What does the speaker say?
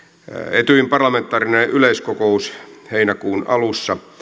etyjin parlamentaarinen yleiskokous heinäkuun alussa